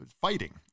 fighting